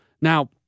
Now